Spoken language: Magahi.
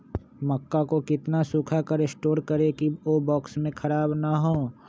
मक्का को कितना सूखा कर स्टोर करें की ओ बॉक्स में ख़राब नहीं हो?